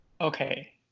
okay